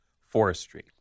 forestry